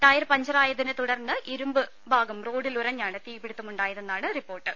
tyre പഞ്ചറായതിനെ തുടർന്ന് ഇരുമ്പ് ഭാഗം റോഡിലുരഞ്ഞാണ് തീപിടുത്തമുണ്ടായതെന്നാണ് റിപ്പോർട്ട്